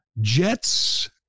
Jets